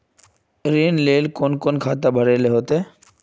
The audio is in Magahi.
ऋण लेल कोन कोन खाता भरेले होते?